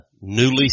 newly